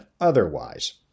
otherwise